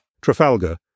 Trafalgar